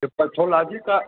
यह पैथोलाजी का